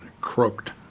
croaked